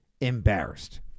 embarrassed